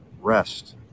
rest